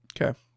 Okay